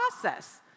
process